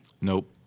Nope